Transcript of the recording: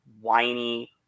whiny